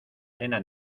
arena